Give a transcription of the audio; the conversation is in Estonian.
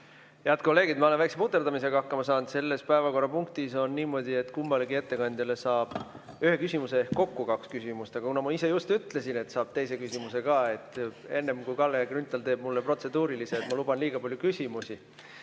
Head kolleegid! Ma olen väikese puterdamisega hakkama saanud. Selles päevakorrapunktis on niimoodi, et kummalegi ettekandjale saab esitada ühe küsimuse ehk kokku kaks küsimust. Aga kuna ma just ütlesin, et saab teise küsimuse ka, siis enne kui Kalle Grünthal teeb mulle protseduurilise, et ma luban liiga palju küsimusi,